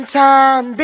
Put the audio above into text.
time